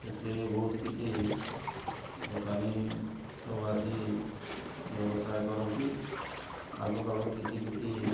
ଏଥିରେ ବି ବହୁତ କିଛି ଦୋକାନୀ ସବୁ ଆସି ବ୍ୟବସାୟ କରନ୍ତି ତାଙ୍କ ପାଖରୁ କିଛି କିଛି